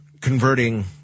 converting